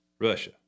Russia